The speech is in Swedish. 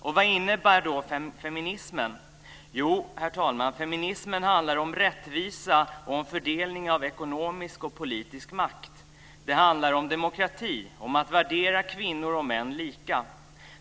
Vad innebär då feminismen? Jo, herr talman, feminism handlar om rättvisa och om fördelning av ekonomisk och politisk makt. Det handlar om demokrati, om att värdera kvinnor och män lika.